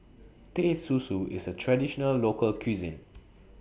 Teh Susu IS A Traditional Local Cuisine